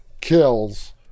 kills